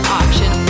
option